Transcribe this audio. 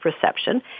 perception